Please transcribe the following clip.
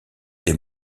des